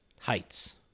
heights